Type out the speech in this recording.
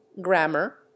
grammar